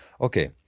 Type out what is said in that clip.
okay